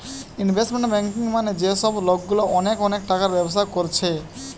investment banking মানে যে সব লোকগুলা অনেক অনেক টাকার ব্যবসা কোরছে